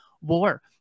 war